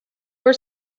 were